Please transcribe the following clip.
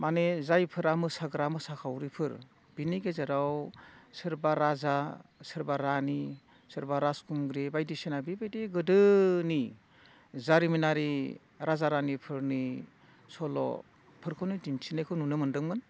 माने जायफोरा मोसाग्रा मोसाखावरिफोर बिनि गेजेराव सोरबा राजा सोरबा रानि सोरबा राजखुंग्रि बायदिसिना बेबायदि गोदोनि जारिमिनारि राजा रानिफोरनि सल'फोरखौ दिन्थिनाय नुनो मोनदोंमोन